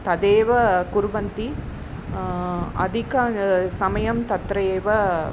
तदेव कुर्वन्ति अधिकं समयं तत्रेव